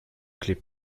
clés